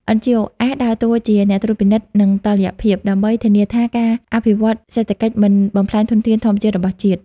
NGOs ដើរតួជា "អ្នកត្រួតពិនិត្យ និងតុល្យភាព" ដើម្បីធានាថាការអភិវឌ្ឍសេដ្ឋកិច្ចមិនបំផ្លាញធនធានធម្មជាតិរបស់ជាតិ។